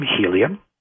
helium